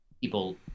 People